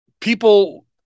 people –